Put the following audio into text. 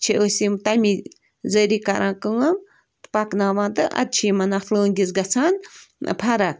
چھِ أسۍ یِم تَمی ذریعہ کَران کٲم پَکناوان تہٕ اَدٕ چھِ یِمَن اَتھ لٲنٛگِس گژھان فرق